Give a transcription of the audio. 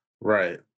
Right